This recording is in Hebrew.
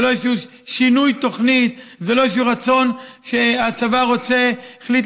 זה לא איזשהו שינוי תוכנית וזה לא איזשהו רצון של הצבא להחליט